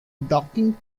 docking